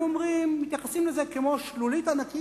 הם אומרים ומתייחסים לזה כמו שלולית ענקית,